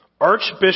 Archbishop